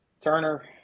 Turner